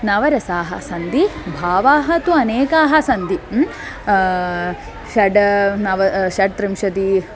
नवरसाः सन्ति भावाः तु अनेकाः सन्ति षट् नव षट्त्रिंशतिः